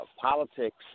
Politics